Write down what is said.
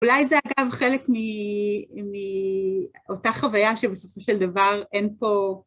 אולי זה אגב חלק מאותה חוויה שבסופו של דבר אין פה...